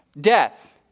Death